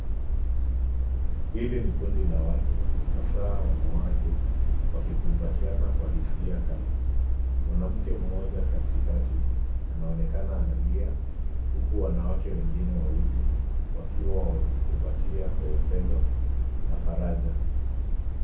Hili ni kundi la watu , hasa wanawake wakikumbatiana kwa hisia kali. Mwanamke mmoja katikati anaonekana analia huku wanawake wengine wawili wakiwa wamemkumbatia kwa upendo na faraja.